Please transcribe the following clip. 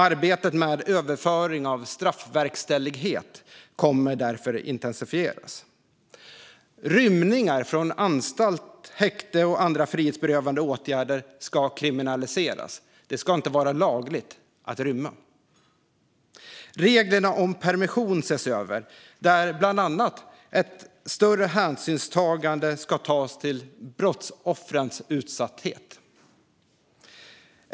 Arbetet med överföring av straffverkställighet kommer därför att intensifieras. Rymningar från anstalt, häkte och andra frihetsberövande åtgärder ska kriminaliseras. Det ska inte vara lagligt att rymma. Reglerna om permission ses över, där det bland annat ska tas större hänsyn till brottsoffrens utsatthet.